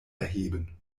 erheben